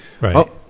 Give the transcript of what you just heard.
Right